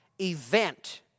event